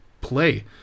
play